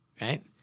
right